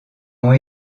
ont